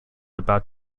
about